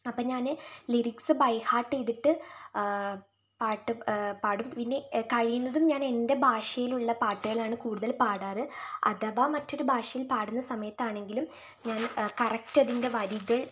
അപ്പം ഞാൻ lyrics by heart ചെയ്തിട്ട് പാട്ടു പാടും പിന്നെ കഴിയുന്നതും ഞാൻ എൻ്റെ ഭാഷയിലുള്ള പാട്ടുകളാണ് കൂടുതൽ പാടാറ് അഥവാ മറ്റൊരു ഭാഷയിൽ പാടുന്ന സമയത്താണെങ്കിലും ഞാൻ കറക്ട് അതിൻ്റെ വരികൾ